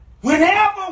Whenever